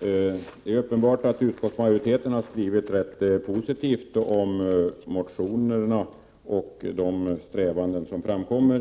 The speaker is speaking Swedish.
Herr talman! Det är uppenbart att utskottsmajoriteten har skrivit ganska positivt om motionerna och de strävanden som där framkommer.